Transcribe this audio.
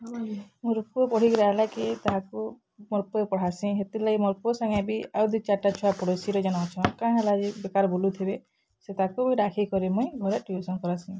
ମୋର୍ ପୁଅ ପଢିକରି ଅଇଲା କି ତାହାକୁ ମୋର୍ ପୁଅ ପଢ଼ାସିଂ ହେଥିର୍ ଲାଗି ମୋର୍ ପୁଅ ସାଙ୍ଗେ ଆଉ ଦି ଚାର୍ଟା ଛୁଆ ପଡୋଶୀର ଯେନ୍ ଅଛନ୍ କାଇଁହେଲାଯେ ବେକାର୍ ବୁଲୁଥିବେ ସେ ତାକୁ ବି ଡାକିକରି ମୁଁଇଁ ଘରେ ଟିଉସନ୍ କରାସିଂ